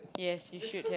yes you should have